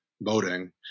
voting